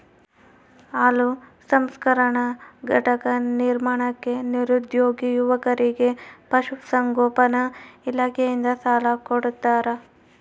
ಹಾಲು ಸಂಸ್ಕರಣಾ ಘಟಕ ನಿರ್ಮಾಣಕ್ಕೆ ನಿರುದ್ಯೋಗಿ ಯುವಕರಿಗೆ ಪಶುಸಂಗೋಪನಾ ಇಲಾಖೆಯಿಂದ ಸಾಲ ಕೊಡ್ತಾರ